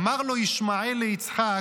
אמר לו ישמעאל ליצחק: